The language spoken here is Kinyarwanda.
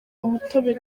umutobe